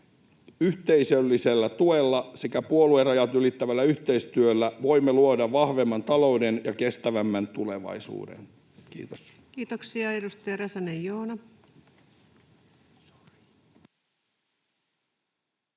Yhteisöllisellä tuella sekä puoluerajat ylittävällä yhteistyöllä voimme luoda vahvemman talouden ja kestävämmän tulevaisuuden. — Kiitos. [Speech 165] Speaker: